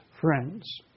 friends